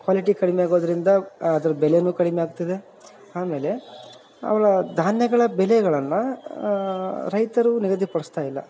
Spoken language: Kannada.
ಕ್ವಾಲಿಟಿ ಕಡಿಮೆ ಆಗೋದ್ರಿಂದ ಅದ್ರ ಬೆಲೇ ಕಡಿಮೆ ಆಗ್ತಿದೆ ಆಮೇಲೆ ಅವ್ರ ಧಾನ್ಯಗಳ ಬೆಳೆಗಳನ್ನು ರೈತರು ನಿಗದಿ ಪಡಿಸ್ತಾ ಇಲ್ಲ